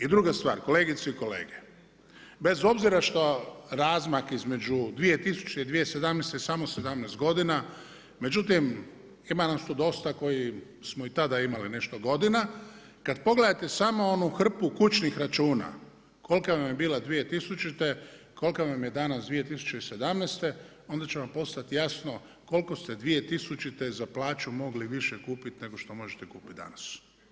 I druga stvar, kolegice i kolege, bez obzira što razmak između 2000. i 2017. je samo 17 godina, međutim, ima nas tu dosta koji smo i tada imali nešto godina, kad pogledate samo onu hrpu kućnih računa kolika vam je bila 2000., koliko vam je danas 2017., onda će vam postati jasno koliko ste 2000. za plaću mogli više kupiti nego što možete kupiti danas.